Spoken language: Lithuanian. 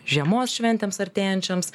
žiemos šventėms artėjančioms